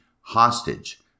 hostage